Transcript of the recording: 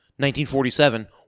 1947